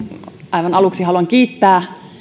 aivan aluksi haluan kiittää